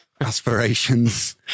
aspirations